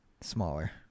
Smaller